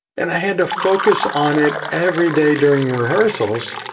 and i had to focus on it every day during rehearsals,